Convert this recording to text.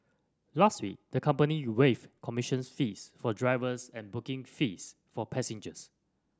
last week the company waived commissions fees for drivers and booking fees for passengers